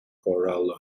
corral